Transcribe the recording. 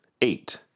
Eight